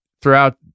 throughout